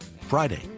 Friday